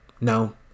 No